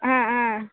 ಹಾಂ ಹಾಂ